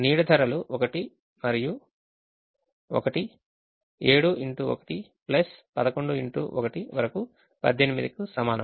నీడ ధరలు 1 మరియు 1 7 x 1 ప్లస్ 11 x 1 వరకు 18 కు సమానం